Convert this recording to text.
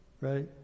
right